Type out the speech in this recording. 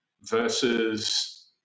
versus